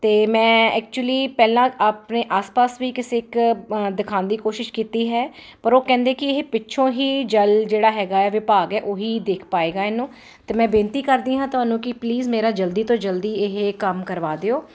ਅਤੇ ਮੈਂ ਐਕਚੁਲੀ ਪਹਿਲਾਂ ਆਪਣੇ ਆਸ ਪਾਸ ਵੀ ਕਿਸੇ ਇੱਕ ਦਿਖਾਉਣ ਦੀ ਕੋਸ਼ਿਸ਼ ਕੀਤੀ ਹੈ ਪਰ ਉਹ ਕਹਿੰਦੇ ਕਿ ਇਹ ਪਿੱਛੋਂ ਹੀ ਜਲ ਜਿਹੜਾ ਹੈਗਾ ਵਿਭਾਗ ਹੈ ਉਹ ਹੀ ਦੇਖ ਪਾਏਗਾ ਇਹਨੂੰ ਅਤੇ ਮੈਂ ਬੇਨਤੀ ਕਰਦੀ ਹਾਂ ਤੁਹਾਨੂੰ ਕਿ ਪਲੀਜ਼ ਮੇਰਾ ਜਲਦੀ ਤੋਂ ਜਲਦੀ ਇਹ ਕੰਮ ਕਰਵਾ ਦਿਓ